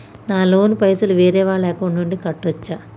నా లోన్ పైసలు వేరే వాళ్ల అకౌంట్ నుండి కట్టచ్చా?